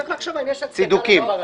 צריך לחשוב אם יש הצדקה לדבר הזה.